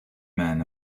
men